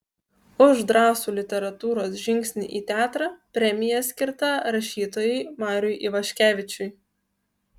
už drąsų literatūros žingsnį į teatrą premija skirta rašytojui mariui ivaškevičiui